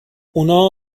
اونها